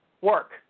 work